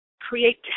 create